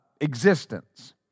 existence